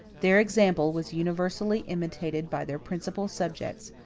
their example was universally imitated by their principal subjects,